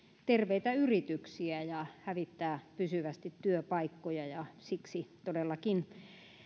terveitä yrityksiä ja hävittää pysyvästi työpaikkoja ja siksi todellakin